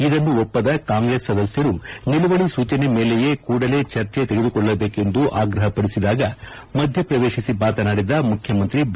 ಇದನ್ನು ಒಪ್ಪದ ಕಾಂಗ್ರೆಸ್ ಸದಸ್ಕರು ನಿಲುವಳಿ ಸೂಚನೆ ಮೇಲೆಯೇ ಕೂಡಲೇ ಚರ್ಚೆ ತೆಗೆದುಕೊಳ್ಳಬೇಕೆಂದು ಆಗ್ರಹಪಡಿಸಿದಾಗ ಮಧ್ಯ ಪ್ರವೇಶಿಸಿ ಮಾತನಾಡಿದ ಮುಖ್ಯಮಂತ್ರಿ ಬಿ